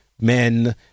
men